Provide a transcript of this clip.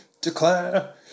declare